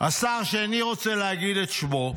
השר שאיני רוצה להגיד את שמו,